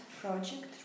project